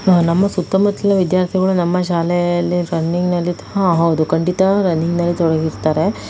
ನಮ್ಮ ಸುತ್ತಮುತ್ಲಿನ ವಿದ್ಯಾರ್ಥಿಗಳು ನಮ್ಮ ಶಾಲೆಯಲ್ಲಿ ರನ್ನಿಂಗ್ನಲ್ಲಿ ಹಾಂ ಹೌದು ಖಂಡಿತ ರನ್ನಿಂಗ್ನಲ್ಲಿ ತೊಡಗಿರ್ತಾರೆ